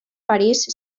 parís